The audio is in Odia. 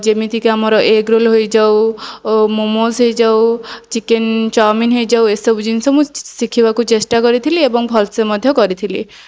ଯେମିତିକି ଆମର ଏଗ୍ ରୋଲ ହୋଇଯାଉ ମୋମୋସ୍ ହୋଇଯାଉ ଚିକେନ ଚାଉମିନ ହୋଇଯାଉ ଏସବୁ ଜିନିଷ ମୁଁ ଶିଖିବାକୁ ଚେଷ୍ଟା କରିଥିଲି ଏବଂ ଭଲସେ ମଧ୍ୟ କରିଥିଲି